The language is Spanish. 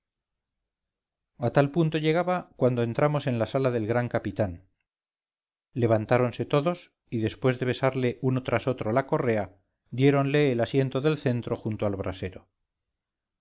a tal punto llegaba cuando entramos en la sala del gran capitán levantáronse todos y después de besarle uno tras otro la correa diéronle el asiento del centro junto al brasero